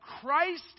Christ